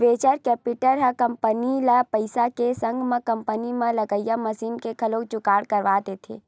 venture capital ह company ल पइसा के संग म कंपनी म लगइया मसीन के घलो जुगाड़ करवा देथे